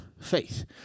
faith